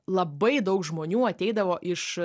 labai daug žmonių ateidavo iš